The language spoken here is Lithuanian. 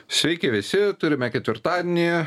sveiki visi turime ketvirtadienį